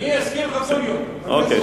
אני אזכיר לך את זה כל יום.